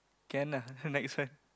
can lah the next one